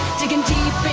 diggin' deep